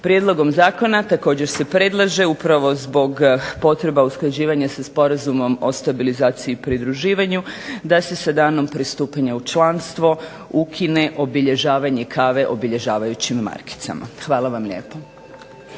Prijedlogom zakona također se predlaže upravo zbog potreba usklađivanja sa Sporazumom o stabilizaciji i pridruživanju da se sa danom pristupanja u članstvo ukine obilježavanje kave obilježavajućim markicama. Hvala vam lijepo.